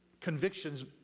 convictions